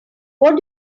what